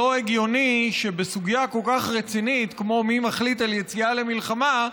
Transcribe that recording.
לא הגיוני שבסוגיה כל כך רצינית כמו מי מחליט על יציאה למלחמה,